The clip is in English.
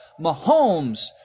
Mahomes